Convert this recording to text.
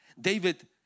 David